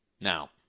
Now